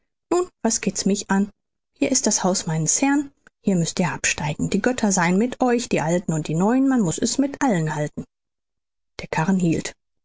nun was geht's mich an hier ist das haus meines herrn hier müßt ihr absteigen die götter seien mit euch die alten und die neuen man muß es mit allen halten der karren hielt